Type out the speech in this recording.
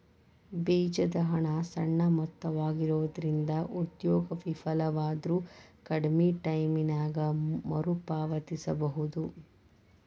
ಬೇಜದ ಹಣ ಸಣ್ಣ ಮೊತ್ತವಾಗಿರೊಂದ್ರಿಂದ ಉದ್ಯೋಗ ವಿಫಲವಾದ್ರು ಕಡ್ಮಿ ಟೈಮಿನ್ಯಾಗ ಮರುಪಾವತಿಸಬೋದು